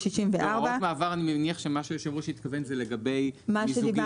הוראות מעבר אני מניח שמה שהוא התכוון לגבי מיזוגים.